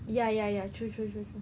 ya ya ya true true true true